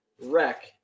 wreck